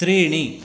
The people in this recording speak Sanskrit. त्रीणि